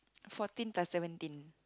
fourteen plus seventeen